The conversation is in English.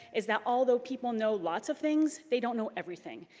is that although people know lots of things, they don't know everything.